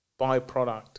byproduct